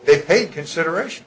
they paid consideration